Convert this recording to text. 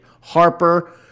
Harper